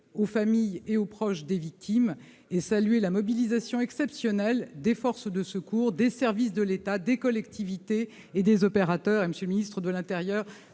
aux familles et aux proches des victimes, et saluer la mobilisation exceptionnelle des forces de secours, des services de l'État, des collectivités et des opérateurs.